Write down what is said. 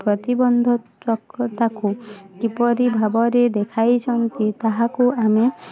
ପ୍ରତିବନ୍ଧ ତାକୁ କିପରି ଭାବରେ ଦେଖାଇଛନ୍ତି ତାହାକୁ ଆମେ